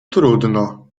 trudno